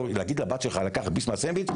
אמרתי: להגיד לבת שלך לקחת ביס מהסנדוויץ'